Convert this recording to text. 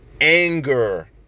anger